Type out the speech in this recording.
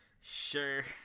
Sure